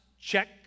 Check